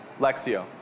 Lexio